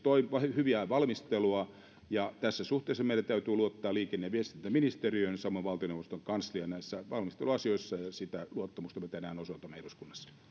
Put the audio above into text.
hyvää valmistelua ja tässä suhteessa meidän täytyy luottaa liikenne ja viestintäministeriöön ja samoin valtioneuvoston kansliaan näissä valmisteluasioissa ja sitä luottamusta me tänään osoitamme eduskunnassa